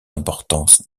importance